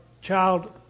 child